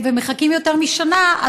ומחכים יותר משנה,